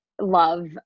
love